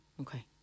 Okay